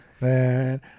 man